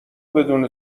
بدون